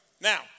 Now